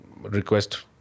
request